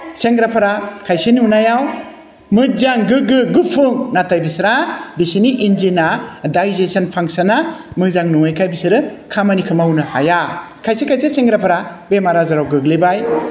सेंग्राफोरा खायसे नुनायाव मोजां गोग्गो गुफुं नाथाय बिसोरहा बिसोरनि इन्जिना डायजेसन फांसना मोजां नङैखाय बिसोरो खामानिखौ मावनो हाया खायसे खायसे सेंग्राफोरा बेमार आजाराव गोग्लैबाय